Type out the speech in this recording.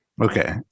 Okay